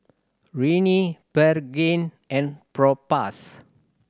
Rene Pregain and Propass